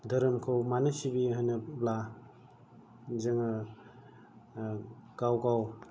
धोरोमखौ मानो सिबियो होनोब्ला जोङो गाव गाव